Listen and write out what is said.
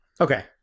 Okay